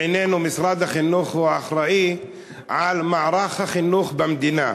בעינינו משרד החינוך הוא האחראי למערך החינוך במדינה.